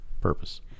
purpose